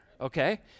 okay